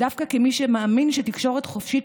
ודווקא כמי שמאמין שתקשורת חופשית